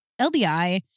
LDI